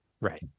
Right